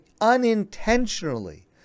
unintentionally